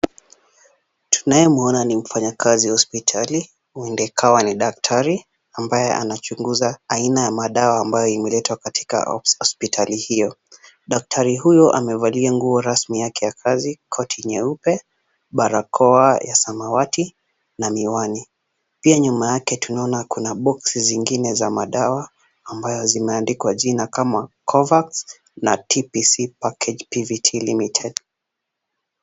Tunayemwona ni mfanyakazi wa hospitali huenda ikawa ni daktari ambaye anachunguza aina ya madawa ambayo imeletwa katika hospitali hiyo. Daktari huyo amevalia nguo rasmi yake ya kazi, koti nyeupe, barakoa ya samawati na miwani. Pia nyuma yake tunaona kuna boksi zingine za madawa ambazo zimeandikwa majina kama covax na TPC Package pvt Limited .